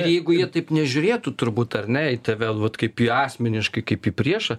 jeigu jie taip nežiūrėtų turbūt ar ne į tave vat kaip į asmeniškai kaip į priešą